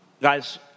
guys